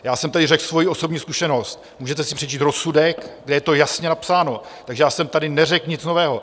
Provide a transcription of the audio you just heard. Já jsem tady řekl svoji osobní zkušenost, můžete si přečíst rozsudek, kde je to jasně napsáno, takže já jsem tady neřekl nic nového.